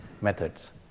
methods